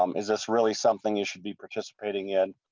um is this really something you should be participating in.